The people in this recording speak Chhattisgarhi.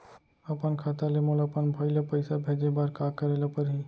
अपन खाता ले मोला अपन भाई ल पइसा भेजे बर का करे ल परही?